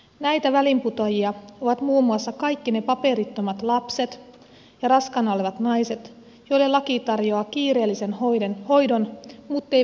näitä väliinputoajia ovat muun muassa kaikki ne paperittomat lapset ja raskaana olevat naiset joille laki tarjoaa kiireellisen hoidon muttei välttämätöntä